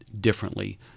differently